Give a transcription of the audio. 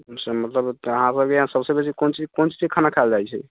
मतलब तऽ अहाँपर अभी सबसँ बेसी कोन चीज कोन चीज खाना खाएल जाइ छै